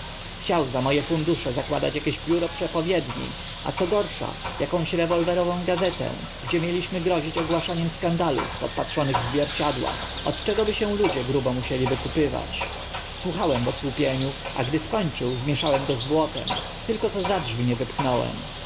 chciał za mo e fundusze zakładać akieś biuro przepowiedni a co gorsza akąś rewolwerową gazetę gdzie mieliśmy grozić ogłaszaniem skandalów podpatrzonych w zwierciadłach od czego by się ludzie grubo musieli wykupować słuchałem w osłupieniu a gdy skończył zmieszałem go z błotem tylko co za drzwi nie wypchnąłem